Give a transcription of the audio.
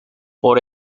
por